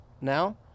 now